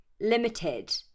limited